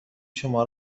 شما